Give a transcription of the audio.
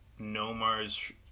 Nomar's